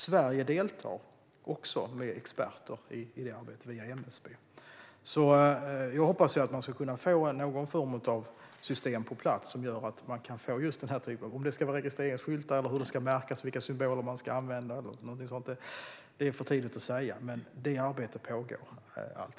Sverige deltar också med experter i det arbetet via MSB. Jag hoppas att man ska kunna få någon form av system på plats som gör att man kan få den här typen av markering - om det ska vara registreringsskyltar eller hur det ska märkas och vilka symboler eller liknande man ska använda är för tidigt att säga, men arbetet pågår.